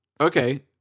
okay